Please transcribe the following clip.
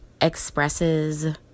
expresses